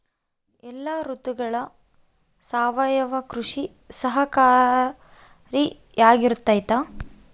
ಎಲ್ಲ ಋತುಗಳಗ ಸಾವಯವ ಕೃಷಿ ಸಹಕಾರಿಯಾಗಿರ್ತೈತಾ?